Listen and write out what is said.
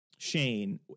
shane